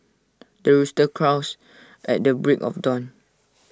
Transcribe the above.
the rooster crows at the break of dawn